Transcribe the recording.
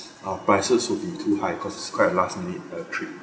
are prices would be too high cause it's quite a last minute uh trip